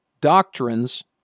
doctrines